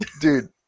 Dude